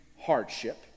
hardship